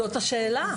זאת השאלה.